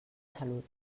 salut